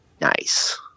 Nice